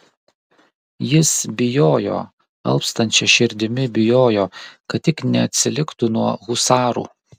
jis bijojo alpstančia širdimi bijojo kad tik neatsiliktų nuo husarų